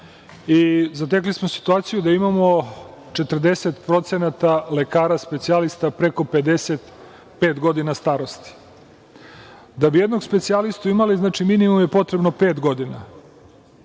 Zatekli smo situaciju da imamo 40% lekara specijalista preko 55 godina starosti. Da bi jednog specijalistu imali, minimum je potrebno pet godina. Ja